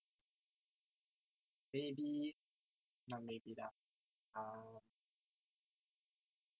maybe not maybe lah um